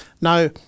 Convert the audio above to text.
Now